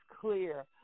clear